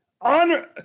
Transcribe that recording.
Honor